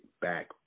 back